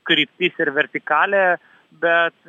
kryptis ir vertikalė bet